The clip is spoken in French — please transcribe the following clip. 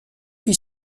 qui